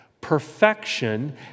Perfection